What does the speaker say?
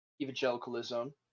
evangelicalism